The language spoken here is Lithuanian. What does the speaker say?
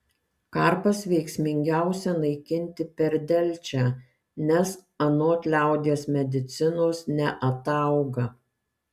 karpas veiksmingiausia naikinti per delčią nes anot liaudies medicinos neatauga